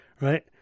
right